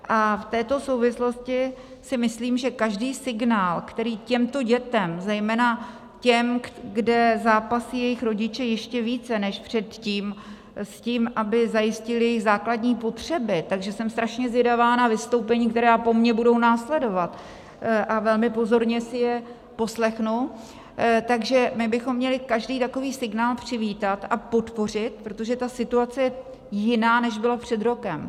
A v této souvislosti si myslím, že každý signál, který těmto dětem, zejména těm, kde zápasí jejich rodiče ještě více než předtím s tím, aby zajistili základní potřeby, takže jsem strašně zvědavá na vystoupení, která po mně budou následovat, a velmi pozorně si je poslechnu že my bychom měli každý takový signál přivítat a podpořit, protože ta situace je jiná, než byla před rokem.